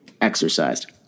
exercised